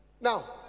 Now